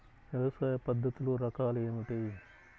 వ్యవసాయ పద్ధతులు రకాలు ఏమిటి?